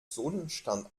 sonnenstand